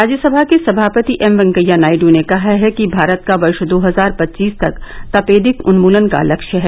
राज्यसभा के सभापति एम वेंकैया नायडू ने कहा है कि भारत का वर्ष दो हजार पच्चीस तक तपेदिक उन्मूलन का लक्ष्य है